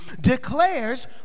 declares